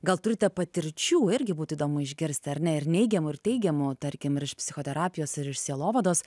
gal turite patirčių irgi būti įdomu išgirsti ar ne ir neigiamų ir teigiamų tarkim ir iš psichoterapijos ir iš sielovados